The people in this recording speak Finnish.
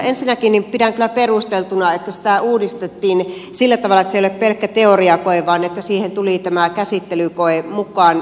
ensinnäkin pidän kyllä perusteltuna että sitä uudistettiin sillä tavalla että se ei ole pelkkä teoriakoe vaan siihen tuli tämä käsittelykoe mukaan